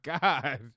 God